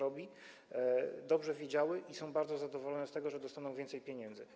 One dobrze wiedziały i są bardzo zadowolone z tego, że dostaną więcej pieniędzy.